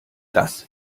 das